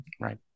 Right